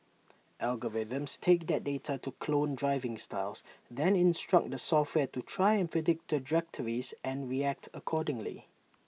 algorithms take that data to clone driving styles then instruct the software to try and predict trajectories and react accordingly